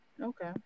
okay